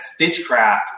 Stitchcraft